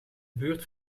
buurt